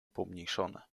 pomniejszone